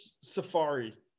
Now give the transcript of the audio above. safari